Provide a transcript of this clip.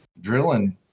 drilling